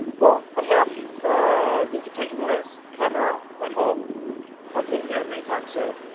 well, i have the digital lens camera at home. i've came here many times so